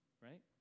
right